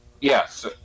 Yes